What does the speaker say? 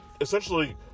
essentially